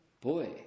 Boy